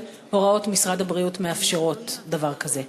הוראות משרד הבריאות מאפשרות דבר כזה?